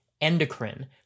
endocrine